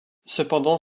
cependant